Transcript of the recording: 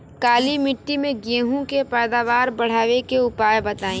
काली मिट्टी में गेहूँ के पैदावार बढ़ावे के उपाय बताई?